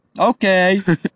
Okay